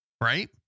Right